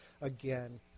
again